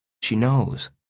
she knows.